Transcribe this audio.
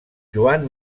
joan